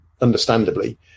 understandably